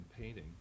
painting